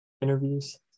interviews